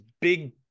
big